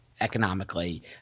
economically